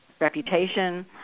reputation